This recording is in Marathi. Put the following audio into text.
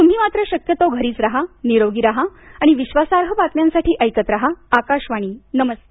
तुम्ही मात्र शक्यतो घरीच राहा निरोगी राहा आणिविश्वासार्ह बातम्यांसाठी ऐकत राहा आकाशवाणी नमस्कार